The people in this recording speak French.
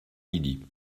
midi